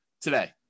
today